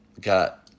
got